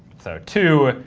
so two,